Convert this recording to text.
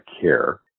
care